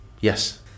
Yes